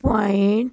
point